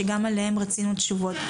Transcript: שגם עליהם רצינו תשובות.